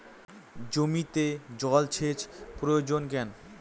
জমিতে জল সেচ প্রয়োজন কেন?